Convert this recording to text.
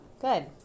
Good